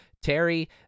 Terry